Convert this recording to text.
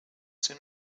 soon